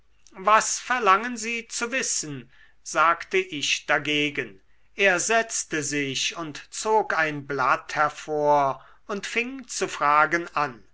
was verlangen sie zu wissen sagte ich dagegen er setzte sich und zog ein blatt hervor und fing zu fragen an